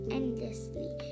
endlessly